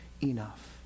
enough